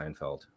Seinfeld